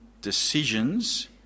decisions